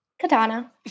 Katana